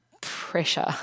pressure